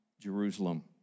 Jerusalem